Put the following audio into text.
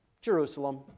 Jerusalem